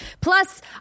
Plus